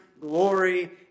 glory